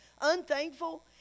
unthankful